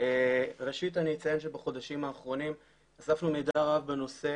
ראשית אני אציין שבחודשים האחרונים אספנו מידע רב בנושא